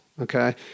okay